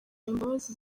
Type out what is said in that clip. imbabazi